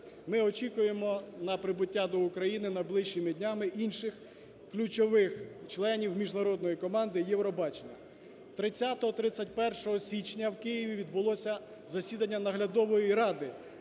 Ми очікуємо на прибуття до України найближчими днями інших ключових членів міжнародної команди Євробачення. 30-31 січня у Києві відбулося засідання Наглядової ради